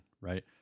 right